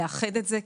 לאחד את זה כאן.